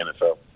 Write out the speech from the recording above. NFL